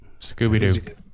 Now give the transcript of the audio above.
Scooby-Doo